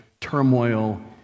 turmoil